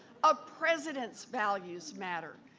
ah presidents values matter.